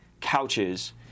couches